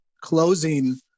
closing